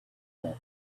pit